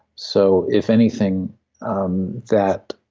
so if anything um that.